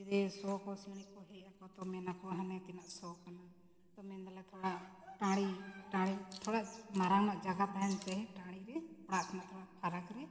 ᱡᱩᱫᱤ ᱥᱚ ᱠᱚ ᱥᱤᱲᱤᱡ ᱠᱚ ᱦᱮᱡ ᱟᱠᱚᱣᱟ ᱛᱚ ᱢᱮᱱ ᱟᱠᱚ ᱦᱟᱱᱮ ᱛᱤᱱᱟᱹᱜ ᱥᱚ ᱠᱟᱱᱟ ᱛᱚ ᱢᱮᱱ ᱫᱟᱞᱮ ᱛᱷᱚᱲᱟ ᱴᱟᱺᱰᱤ ᱴᱟᱺᱰᱤ ᱛᱷᱚᱲᱟ ᱢᱟᱨᱟᱝ ᱧᱚᱜ ᱡᱟᱭᱜᱟ ᱛᱟᱦᱮᱱ ᱛᱮ ᱴᱟᱺᱰᱤ ᱨᱮ ᱚᱲᱟᱜ ᱢᱮ ᱛᱷᱚᱲᱟ ᱯᱷᱟᱨᱟᱠ ᱨᱮ